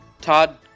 Todd